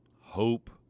hope